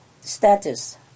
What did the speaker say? status